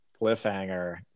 Cliffhanger